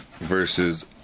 versus